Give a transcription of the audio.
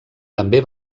també